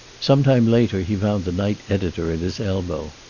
sometime later he found the night editor at his elbow.